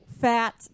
fat